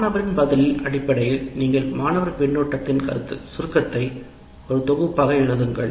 மாணவரின் பதிலின் அடிப்படையில் நீங்கள் மாணவர் கருத்தின் சுருக்கத்தை ஒரு தொகுப்பாக எழுதுங்கள்